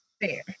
fair